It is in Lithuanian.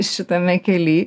šitame kely